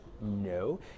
No